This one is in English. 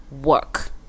work